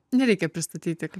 nereikia pristatyti